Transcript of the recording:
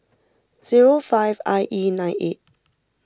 zero five I E nine eight